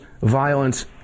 violence